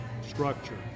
structure